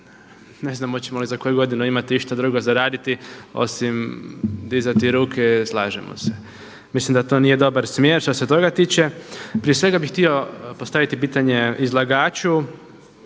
ne znam hoćemo li za koju godinu imati išta drugo za raditi osim dizati ruke, slažemo se. Mislim da to nije dobar smjer, što se toga tiče. Prije svega bi htio postaviti pitanje izlagaču